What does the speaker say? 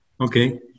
Okay